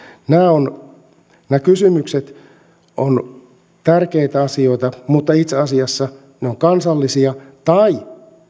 nämä kysymykset ovat tärkeitä asioita mutta itse asiassa ne ovat kansallisia tai